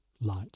light